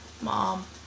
mom